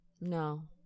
No